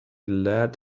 lead